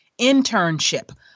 internship